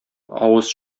авыз